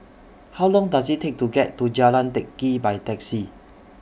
How Long Does IT Take to get to Jalan Teck Kee By Taxi